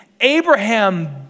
Abraham